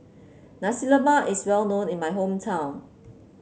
Nasi Lemak is well known in my hometown